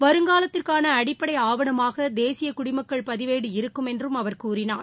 வருங்காலத்திற்கான அடிப்படை ஆவணமாக தேசிய குடிமக்கள் பதிவேடு இருக்கும் என்றும் அவர் கூறினார்